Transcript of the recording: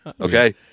okay